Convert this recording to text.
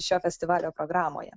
šio festivalio programoje